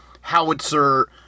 howitzer